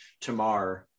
tomorrow